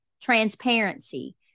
transparency